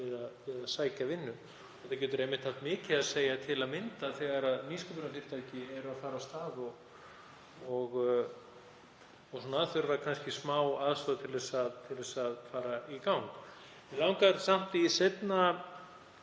að sækja vinnu. Þetta getur einmitt haft mikið að segja, til að mynda þegar nýsköpunarfyrirtæki eru að fara af stað og þurfa kannski smáaðstoð til þess að fara í gang. Mig langar samt í seinni